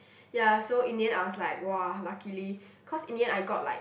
ya so in the end I was like !wah! luckily cause in the end I got like